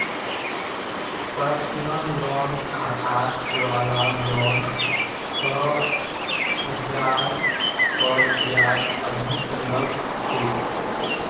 personal loan खतरा वला loan छ जहार पर ब्याज अधिक लग छेक